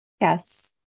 Yes